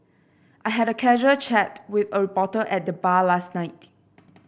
I had a casual chat with a reporter at the bar last night